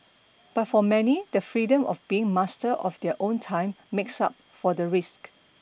but for many the freedom of being master of their own time makes up for the risks